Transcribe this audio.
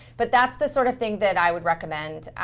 but that's the sort of thing that i would recommend.